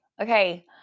okay